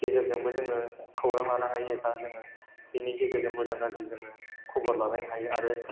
गेजेरजोंबो जोङो खौरां लानो हायो एबा जोङो बेनि गेजेरजों मोजां गाज्रि जोङो ख'बर लालायनो हायो आरो